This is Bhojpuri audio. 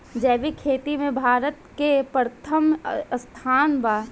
जैविक खेती में भारत के प्रथम स्थान बा